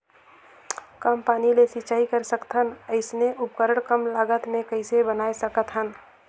कम पानी ले सिंचाई कर सकथन अइसने उपकरण कम लागत मे कइसे बनाय सकत हन?